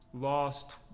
lost